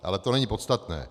Ale to není podstatné.